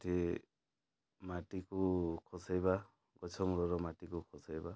ସେଠି ମାଟିକୁ ଖସେଇବା ଗଛ ମୂଳର ମାଟିକୁ ଖସେଇବା